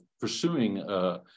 pursuing